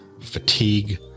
fatigue